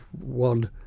one